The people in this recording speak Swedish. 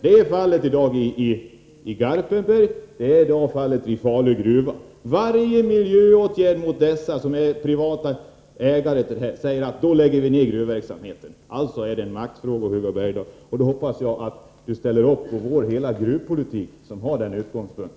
Detta är fallet i dag i Garpenberg och vid Falu gruva. Varje miljöåtgärd som riktar sig mot dessa privata företag medför att de säger att de lägger ner gruvverksamheten. Alltså är detta en maktfråga, Hugo Bergdahl, och jag hoppas att ni ställer upp på hela vår gruvpolitik som har detta som utgångspunkt.